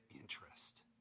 interest